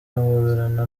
ahoberana